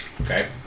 Okay